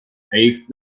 paved